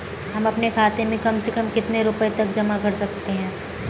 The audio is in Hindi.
हम अपने खाते में कम से कम कितने रुपये तक जमा कर सकते हैं?